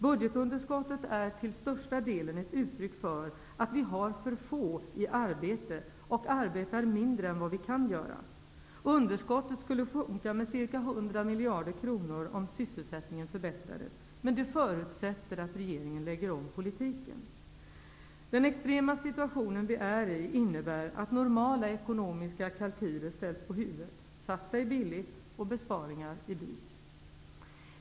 Budgetunderskottet är till största delen ett uttryck för att för få är i arbete och att vi arbetar mindre än vad vi kan göra. Underskottet skulle sjunka med ca 100 miljarder kronor om sysselsättningen förbättrades. Men det förutsätter att regeringen lägger om politiken. Den extrema situationen vi nu är inne i innebär att normala ekonomiska kalkyler ställs på huvudet - satsa är billigt och besparingar är dyra.